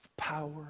power